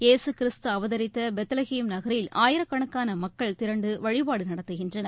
இயேசு கிறிஸ்து அவதரித்த பெத்லஹேம் நகரில் ஆயிரக்கணக்கான மக்கள் திரன்டு வழிபாடு நடத்துகின்றனர்